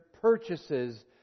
purchases